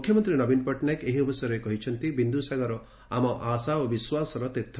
ମୁଖ୍ୟମନ୍ତୀ ନବୀନ ପଟ୍ଟନାୟକ ଏହି ଅବସରରେ କହିଛନ୍ତି ବିନ୍ଦୁସାଗର ଆମ ଆଶା ଓ ବିଶ୍ୱାସର ତୀର୍ଥ